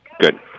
Good